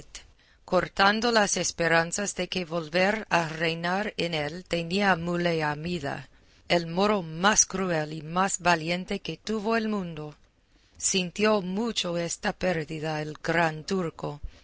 cortando las esperanzas que de volver a reinar en él tenía muley hamida el moro más cruel y más valiente que tuvo el mundo sintió mucho esta pérdida el gran turco